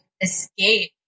escape